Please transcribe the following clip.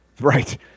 Right